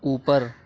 اوپر